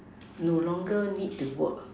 no longer need to work